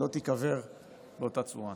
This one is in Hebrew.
לא תיקבר באותה צורה.